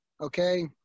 okay